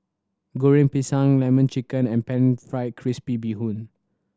Goreng Pisang Lemon Chicken and Pan Fried Crispy Bee Hoon